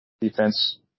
defense